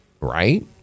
right